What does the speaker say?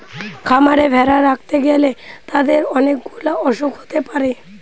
খামারে ভেড়া রাখতে গ্যালে তাদের অনেক গুলা অসুখ হতে পারে